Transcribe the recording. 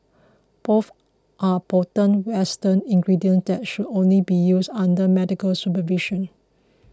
both are potent western ingredients that should only be used under medical supervision